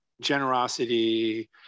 generosity